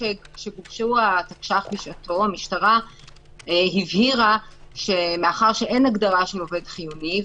כשגובשו התקש"ח בשעתו המשטרה הבהירה שמאחר שאין הגדרה של עובד חיוני,